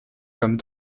comme